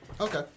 Okay